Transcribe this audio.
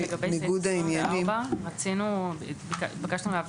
ואם לא,